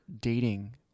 dating